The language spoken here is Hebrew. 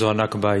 זו הנכבה היהודית.